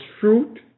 fruit